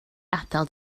adael